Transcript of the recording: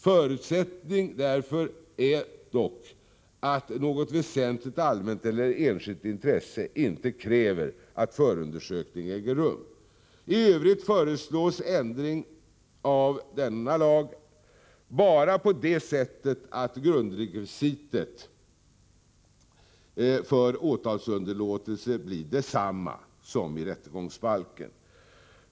Förutsättningen härför är dock att något väsentligt allmänt eller enskilt intresse inte kräver att förundersökning äger rum. I övrigt föreslås ändring av denna lag bara på det sättet att grundrekvisitet för åtalsunderlåtelse blir detsamma som i rättegångsbalken.